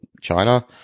China